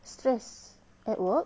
stress at work